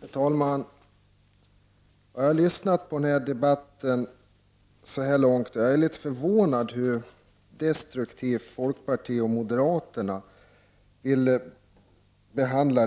Herr talman! Jag har lyssnat till debatten så här långt, och jag är förvånad över hur destruktivt folkpartiet och moderaterna vill behandla